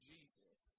Jesus